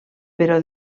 però